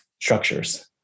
structures